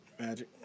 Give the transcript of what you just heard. Magic